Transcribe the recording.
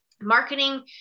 marketing